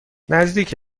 نزدیک